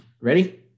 ready